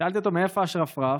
שאלתי אותו: מאיפה השרפרף?